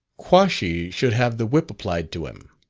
quashy should have the whip applied to him.